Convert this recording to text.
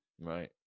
Right